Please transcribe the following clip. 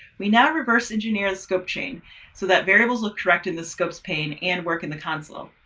we now reverse engineer the scope chain so that variables look direct in the scopes pane and work in the console.